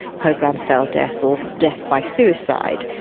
programmed cell death or death by suicide.